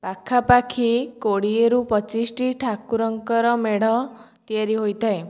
ପାଖାପାଖି କୋଡ଼ିଏରୁ ପଚିଶଟି ଠାକୁରଙ୍କର ମେଢ଼ ତିଆରି ହୋଇଥାଏ